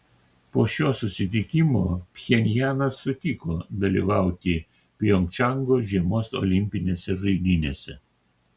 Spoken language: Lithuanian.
po šio susitikimo pchenjanas sutiko dalyvauti pjongčango žiemos olimpinėse žaidynėse